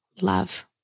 love